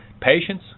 patience